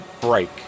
break